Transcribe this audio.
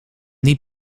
niet